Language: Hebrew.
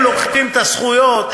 הם לוקחים את הזכויות,